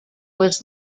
was